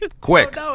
Quick